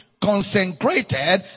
consecrated